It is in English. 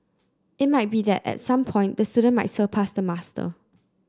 it might be that at some point the student might surpass the master